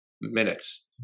minutes